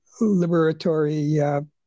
liberatory